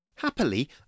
Happily